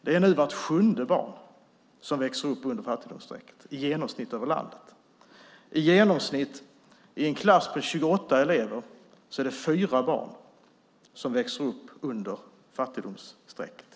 Det är nu vart sjunde barn som växer upp under fattigdomsstrecket, i genomsnitt i landet. I en klass med 28 elever är det i genomsnitt 4 barn som växer upp under fattigdomsstrecket.